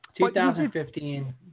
2015